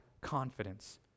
confidence